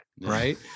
Right